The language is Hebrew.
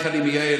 איך אני מייעל,